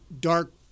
dark